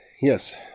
yes